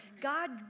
God